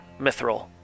Mithril